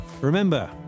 remember